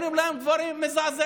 אומרים להם דברים מזעזעים.